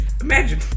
Imagine